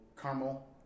caramel